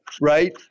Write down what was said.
right